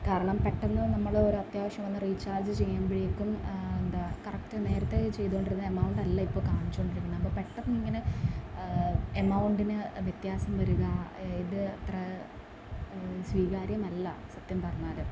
കാരണം പെട്ടെന്ന് നമ്മള് ഒരത്യാവശ്യം വന്ന് റീ ചാർജ് ചെയ്യുമ്പോഴേക്കും എന്താ കറക്റ്റ് നേരത്തെ ചെയ്തുകൊണ്ടിരുന്ന എമൗണ്ടല്ല ഇപ്പോള് കാണിച്ചുകൊണ്ടിരിക്കുന്നത് അപ്പോള് പെട്ടെന്നിങ്ങനെ എമൗണ്ടിന് വ്യത്യാസം വരുക ഇത് അത്ര സ്വീകാര്യമല്ല സത്യം പറഞ്ഞാല്